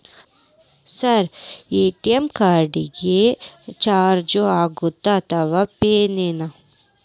Sir ATM card ಗೆ charge ಆಗುತ್ತಾ ಅಥವಾ ಫ್ರೇ ನಾ?